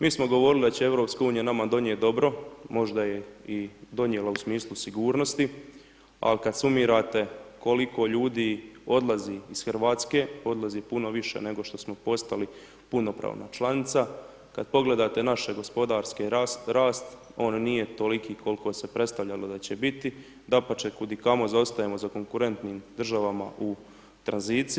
Mi smo govorili da će EU nama donijeti dobro, možda je i donijela u smislu sigurnosti ali kad sumirate koliko ljudi odlazi iz Hrvatske, odlazi puno više nego što smo postali punopravna članica, kad pogledate naš gospodarski rast, on nije toliki koliko se predstavljalo da će biti, dapače kudikamo zaostajemo za konkurentnim državama u tranziciji.